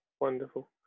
wonderful